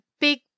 big